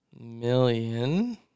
million